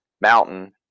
mountain